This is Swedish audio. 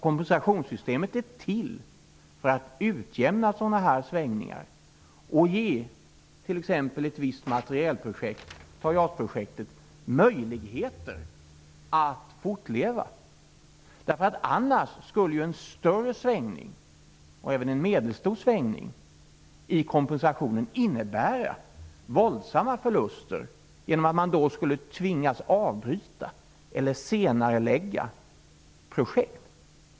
Kompensationssystemet är till för att utjämna svängningar och ge t.ex. ett visst materielprojekt, som JAS-projektet, möjligheter att fortleva. Annars skulle en större svängning, och även en medelstor svängning, i kompensationen innebära våldsamma förluster genom att man då skulle tvingas avbryta eller senarelägga projekt.